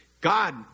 God